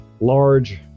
large